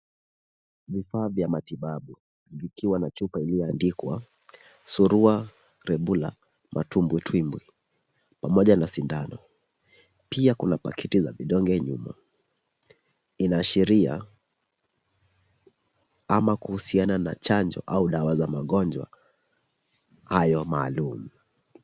Vifaa vya matibabu vikiwa na chupa iliyoandikwa Surua, Rubella, matumbwitumbwi pamoja na sindano. Pia kuna pakiti za vidonge nyuma. Inaashiria ama kuhusiana na chanjo au dawa za magonjwa hayo maalum.